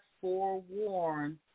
Forewarned